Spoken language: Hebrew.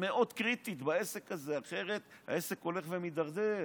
מאוד קריטית בעסק הזה, אחרת העסק הולך ומידרדר.